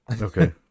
Okay